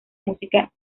música